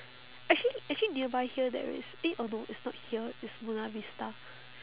actually actually nearby here there is eh oh no it's not here it's buona vista